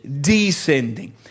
descending